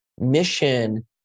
mission